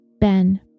Ben